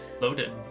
loaded